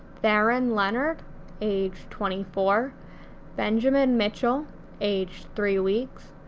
theron leonard age twenty four benjamin mitchell age three weeks,